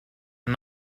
and